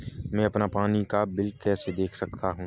मैं अपना पानी का बिल कैसे देख सकता हूँ?